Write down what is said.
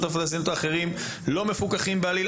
הפלסטינית או אחרים שאינם מפוקחים בעליל,